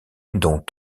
dont